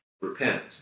Repent